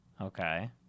Okay